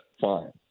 fine